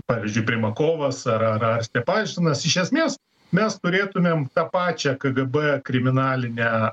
pavyzdžiui primakovas ar ar ar stepašinas iš esmės mes turėtumėm tą pačią kgb kriminalinę